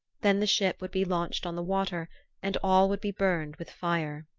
then the ship would be launched on the water and all would be burned with fire.